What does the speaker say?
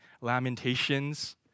Lamentations